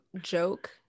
joke